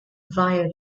via